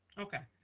okay.